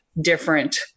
different